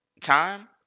Time